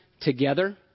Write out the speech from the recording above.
together